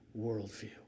worldview